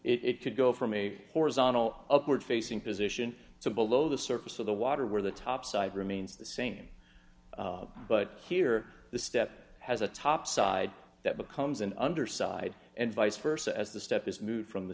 honor it could go from a horizontal upward facing position so below the surface of the water where the top side remains the same but here the step has a top side that becomes an underside and vice versa as the step is moved from the